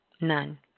None